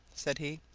said he.